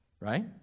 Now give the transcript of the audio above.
Right